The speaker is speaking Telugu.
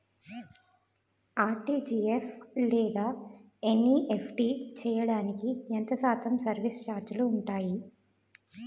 ఆర్.టి.జి.ఎస్ లేదా ఎన్.ఈ.ఎఫ్.టి చేయడానికి ఎంత శాతం సర్విస్ ఛార్జీలు ఉంటాయి?